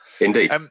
Indeed